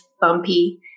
bumpy